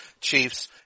Chiefs